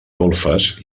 golfes